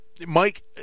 Mike